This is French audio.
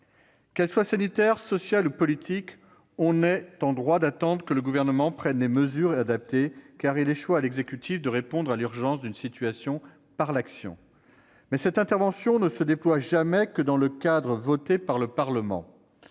qu'elle soit sanitaire, sociale ou politique, on est en droit d'attendre que le Gouvernement prenne les mesures adaptées, car il échoit à l'exécutif de répondre à l'urgence d'une situation par l'action. Mais cette intervention ne se déploie jamais que dans le cadre voté par le Parlement.